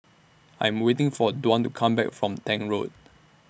I Am waiting For Dwan to Come Back from Tank Road